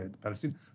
Palestine